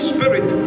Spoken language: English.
Spirit